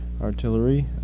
artillery